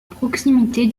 proximité